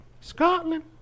Scotland